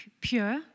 pure